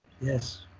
Yes